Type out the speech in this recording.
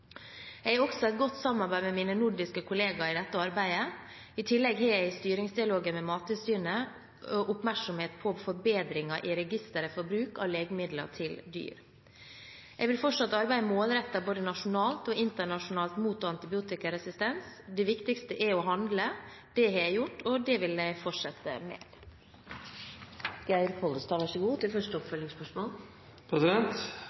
Jeg har også et godt samarbeid med mine nordiske kollegaer i dette arbeidet. I tillegg har jeg i styringsdialogen med Mattilsynet oppmerksomhet på forbedringer i registeret for bruk av legemidler til dyr. Jeg vil fortsatt arbeide målrettet både nasjonalt og internasjonalt mot antibiotikaresistens. Det viktigste er å handle. Det har jeg gjort, og det vil jeg fortsette med.